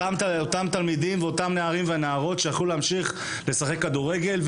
אותם תלמידים ואותם נערים ונערות שיכלו להמשיך לשחק כדורגל,